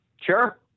Sure